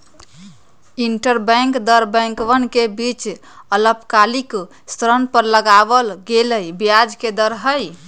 interbank दर बैंकवन के बीच अल्पकालिक ऋण पर लगावल गेलय ब्याज के दर हई